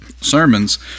sermons